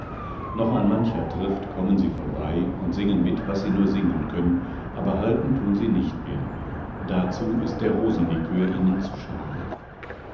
noch an mancher trift kommen sie vorbei und singen mit was sie nur singen können aber halten tun sie nicht mehr dazu ist der rosenlikör ihnen zu schade